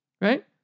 right